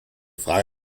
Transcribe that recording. frage